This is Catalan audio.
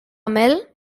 mel